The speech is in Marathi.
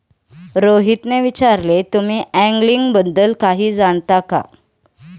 रोहितने विचारले, तुम्ही अँगलिंग बद्दल काही जाणता का?